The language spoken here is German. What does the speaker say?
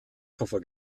koffer